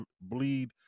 bleed